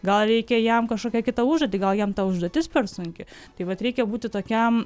gal reikia jam kažkokią kitą užduotį gal jam ta užduotis per sunki taip vat reikia būti tokiam